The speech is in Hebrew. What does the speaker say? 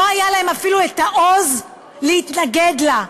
לא היה להם אפילו העוז להתנגד לה,